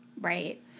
Right